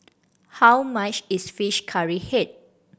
how much is fish curry head